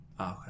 Okay